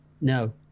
no